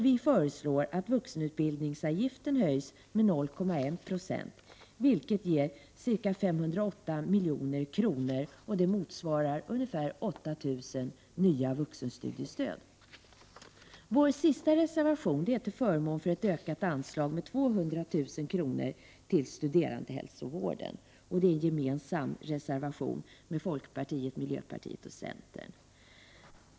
Vi föreslår att vuxenutbildningsavgiften höjs med 0,1 96, vilket ger ca 508 milj.kr. och motsvarar ungefär 8 000 nya vuxenstudiestöd. I vår sista reservation tar vi upp frågan om ett ökat anslag på 200 000 kr. till studerandehälsovården. Den här reservationen har vi gemensamt med folkpartiet, miljöpartiet och centern.